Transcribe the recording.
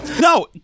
No